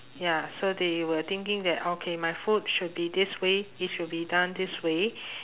ya so they were thinking that okay my food should be this way it should be done this way